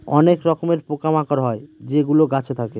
অনেক রকমের পোকা মাকড় হয় যেগুলো গাছে থাকে